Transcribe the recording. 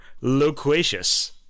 loquacious